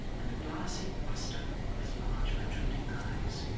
and the glassy lustre of his large protruding eyes.